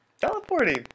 Teleporting